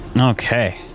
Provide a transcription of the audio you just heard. okay